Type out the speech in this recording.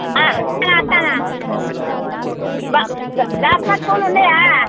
వస్తున్నా జాజిమల్లె పూలు ఉన్నాయా